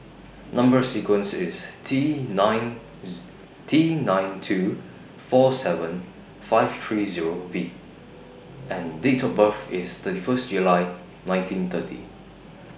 Number sequence IS T ninth T nine two four seven five three Zero V and Date of birth IS thirty First July nineteen thirty